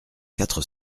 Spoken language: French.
quatre